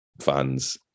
fans